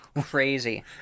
Crazy